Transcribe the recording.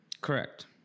Correct